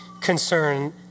concern